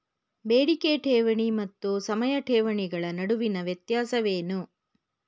ಬೇಡಿಕೆ ಠೇವಣಿ ಮತ್ತು ಸಮಯ ಠೇವಣಿಗಳ ನಡುವಿನ ವ್ಯತ್ಯಾಸವೇನು?